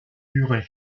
durée